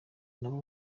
nabo